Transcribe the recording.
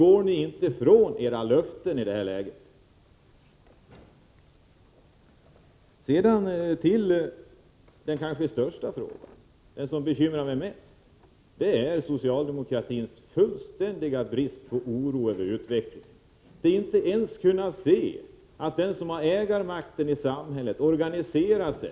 Går ni inte ifrån era löften? Sedan till den kanske största frågan, den som bekymrar mig mest. Det gäller socialdemokratins fullständiga brist på oro över utvecklingen, att man inte ens ser att de som har ägarmakten i samhället organiserar sig.